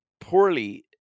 poorly